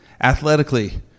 Athletically